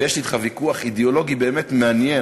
ויש לי אתך ויכוח אידיאולוגי באמת מעניין.